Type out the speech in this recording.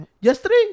yesterday